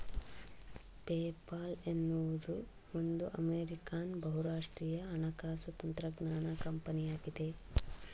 PayPal ಎನ್ನುವುದು ಒಂದು American ಬಹುರಾಷ್ಟ್ರೀಯ ಹಣಕಾಸು ತಂತ್ರಜ್ಞಾನ ಕಂಪನಿಯಾಗಿದೆ